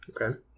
Okay